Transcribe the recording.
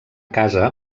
casa